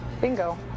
Bingo